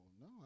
no